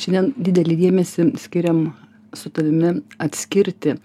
šiandien didelį dėmesį skiriam su tavimi atskirti